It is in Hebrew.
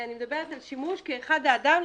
אני מדברת על שימוש כאחד האדם,